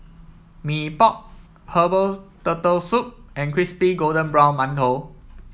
Mee Pok Herbal Turtle Soup and Crispy Golden Brown Mantou